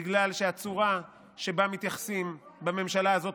בגלל הצורה שבה מתייחסים בממשלה הזאת